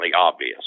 obvious